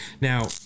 Now